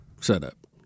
setup